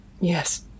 Yes